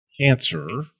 cancer